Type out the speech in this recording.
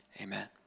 amen